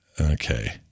Okay